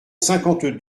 cinquante